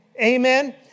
Amen